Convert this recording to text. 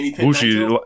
Bushi